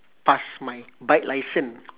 pass my bike license